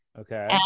okay